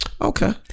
Okay